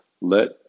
Let